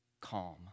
calm